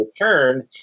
return